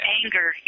anger